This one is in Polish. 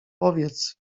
powiedz